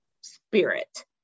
spirit